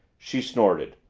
she snorted.